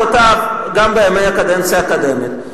ואני זוכר את זעקותיו גם בימי הקדנציה הקודמת.